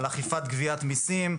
על אכיפת גביית מיסים,